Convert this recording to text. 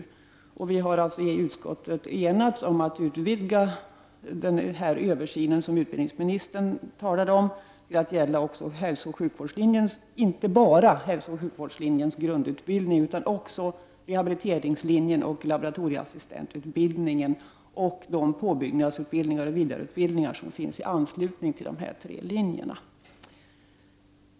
I utskottet har vi därför enats om att utvidga den översyn som utbildningsministern talar om till att gälla inte bara hälsooch sjukvårdslinjens grundutbildning utan också rehabiliteringslinjen och laboratorieassistentutbildningen och dessutom de påbyggnadsutbildningar och vidareutbildningar som finns i anslutning till dessa tre linjer.